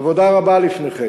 עבודה רבה לפניכם,